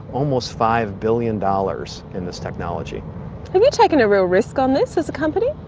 almost five billion dollars in this technology. have you taken a real risk on this as a company?